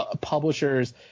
Publishers